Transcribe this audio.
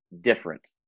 different